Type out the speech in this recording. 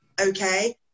Okay